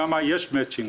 שם יש מצ'ינג.